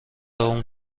اون